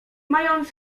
mając